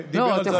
שדיבר על זה היום,